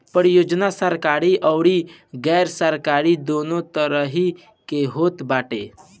परियोजना सरकारी अउरी गैर सरकारी दूनो तरही के होत बाटे